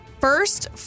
First